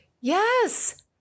Yes